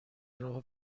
راهو